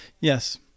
Yes